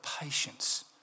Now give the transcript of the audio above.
patience